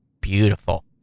beautiful